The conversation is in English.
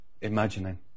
imagining